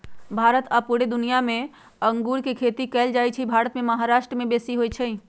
भारत आऽ पुरे दुनियाँ मे अङगुर के खेती कएल जाइ छइ भारत मे महाराष्ट्र में बेशी होई छै